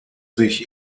sich